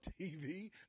TV